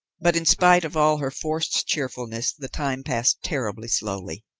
but in spite of all her forced cheerfulness the time passed terribly slowly.